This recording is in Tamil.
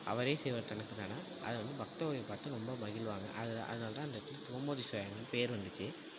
அவரே செய்வார் தனக்கு தானா அதை வந்து பக்தகோடிகள் பார்த்து ரொம்ப மகிழ்வாங்க அதை அதனால் தான் அந்த கோமதீஸ்வரர்னு பேர் வந்துச்சு